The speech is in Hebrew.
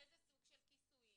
איזה סוג של כיסויים,